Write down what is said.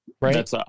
Right